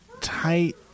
tight